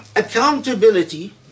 Accountability